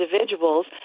individuals